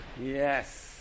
Yes